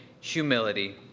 humility